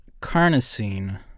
carnosine